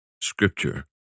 Scripture